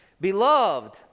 Beloved